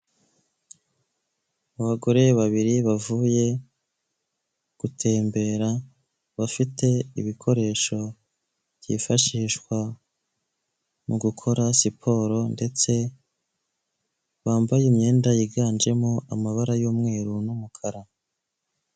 Abagore babiri bavuye gutembera bafite ibikoresho byifashishwa mugukora siporo ndetse bambaye imyenda yiganjemo amabara y'umweru n'umukara.